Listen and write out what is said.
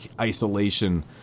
Isolation